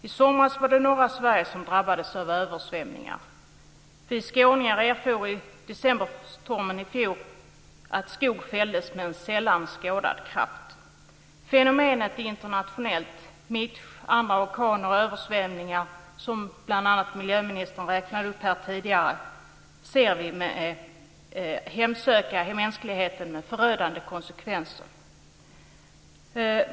I somras var det norra Sverige som drabbades av översvämningar. I Skåne erfor vi decemberstormen i fjol som fällde skog med en sällan skådad kraft. Fenomenet är internationellt; Mitch och andra orkaner samt översvämningar, som miljöministern räknade upp här tidigare, ser vi hemsöka mänskligheten med förödande konsekvenser.